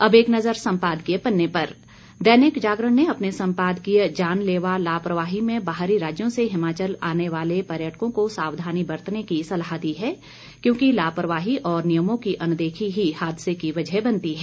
अब एक नज़र सम्पादकीय पन्ने पर दैनिक जागरण ने अपने सम्पादकीय जानलेवा लापरवाही में बाहरी राज्यों से हिमाचल आने वाले पर्यटकों को सावधानी बरतने की सलाह दी है क्योंकि लापरवाही और नियमों की अनदेखी ही हादसे की वजह बनती है